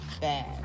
bad